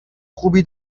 خوبی